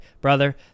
Brother